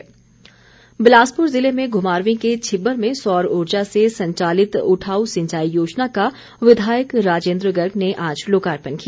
योजना बिलासपुर ज़िले में घुमारवीं के छिब्बर में सौर ऊर्जा से संचालित उठाऊ सिंचाई योजना का विधायक राजेन्द्र गर्ग ने आज लोकार्पण किया